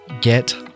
get